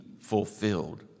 fulfilled